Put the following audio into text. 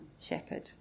shepherd